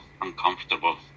uncomfortable